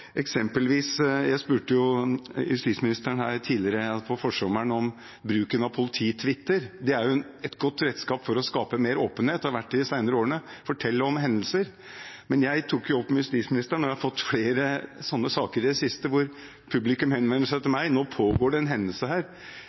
Jeg spurte justisministeren her tidligere, på forsommeren, om bruken av politi-tweeter. Det er et godt redskap for å skape mer åpenhet og fortelle om hendelser, og har vært det i de senere årene. Jeg tok det opp med justisministeren, og har fått flere henvendelser fra publikum om sånne saker i det siste,